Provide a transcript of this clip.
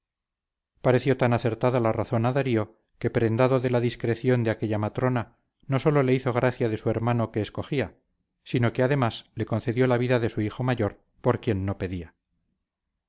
elección pareció tan acertada la razón a darío que prendado de la discreción de aquella matrona no sólo le hizo gracia de su hermano que escogía sino que además le concedió la vida de su hijo mayor por quien no pedía